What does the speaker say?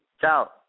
Ciao